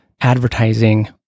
advertising